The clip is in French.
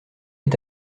est